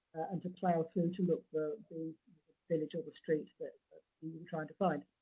and to plough through to look for the village or the street that you were trying to find.